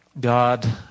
God